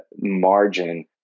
margin